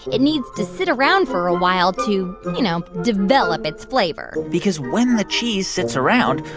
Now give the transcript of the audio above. it needs to sit around for a while to, you know, develop its flavor because when the cheese sits around,